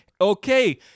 okay